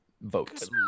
votes